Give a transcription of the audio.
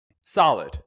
solid